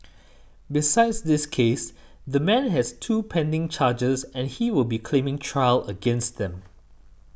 besides this case the man has two pending charges and he will be claiming trial against them